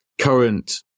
current